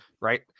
right